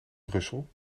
brussel